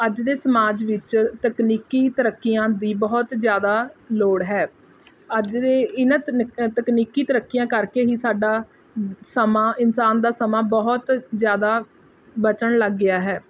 ਅੱਜ ਦੇ ਸਮਾਜ ਵਿੱਚ ਤਕਨੀਕੀ ਤਰੱਕੀਆਂ ਦੀ ਬਹੁਤ ਜਿਆਦਾ ਲੋੜ ਹੈ ਅੱਜ ਦੇ ਇਹਨਾਂ ਤਕਨੀਕੀ ਤਰੱਕੀਆਂ ਕਰਕੇ ਹੀ ਸਾਡਾ ਸਮਾਂ ਇਨਸਾਨ ਦਾ ਸਮਾਂ ਬਹੁਤ ਜਿਆਦਾ ਬਚਣ ਲੱਗ ਗਿਆ ਹੈ